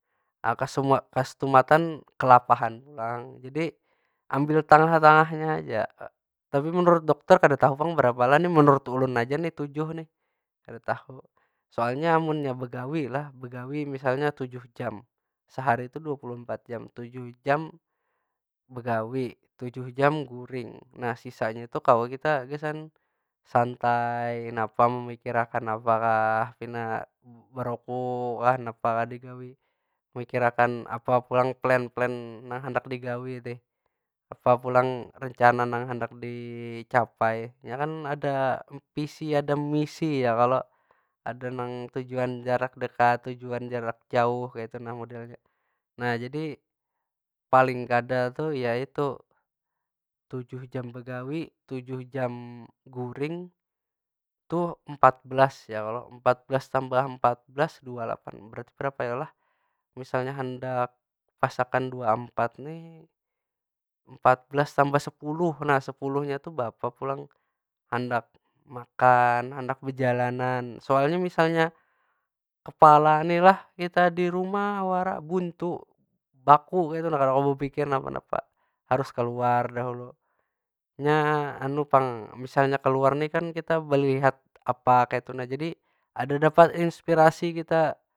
kasatumatan kalapahan pulang. Jadi ambil tangah- tangahnya aja. Tapi menurut dokter kada tahu pang berapa lah, nih menurut ulun aja nih tujuh nih, kada tahu. Soalnya amunnya begawi lah, begawi misalnya tujuh jam. Sehari tuh dua puluh empat jam, tujuh jam begawi, tujuh jam guring. Nah sisanya tuh kawa kita gasan santai, napa memikirakan apa kah pina merokok kah, napa kah digawi. Mikirakan apa pulang plan- plan nang handak digawi nih. Apa pulang rencana nang handak dicapai. Nya kan ada visi ada misi ya kalo? Ada nang tujuan jarak dekat, tujuan jarak jauh kaytu nah modelnya. Nah jadi paling kada tu ya itu, tujuh jam begawi tujuh jam guring tuh empat belas ya kalo? Empat belas tambah empat belas dua lapan, berarti berapa yo lah? Misalnya handak pas akan dua empat nih empat belas tambah sepuluh. Nah sepuluhnya tuh beapa pulang? Handak makan, handak bejalanan, soalnya msialnya kepala nih lah kita di rumah wara, buntu. Baku kaytu nah kda kawa bepikir napa- napa, harus keluar dahulu. Nya misalnya keluar nih kita belihat apa kaytu nah, jadi ada dapat inspirasi kita.